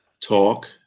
talk